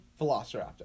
Velociraptor